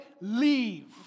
leave